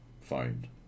phone